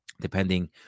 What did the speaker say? depending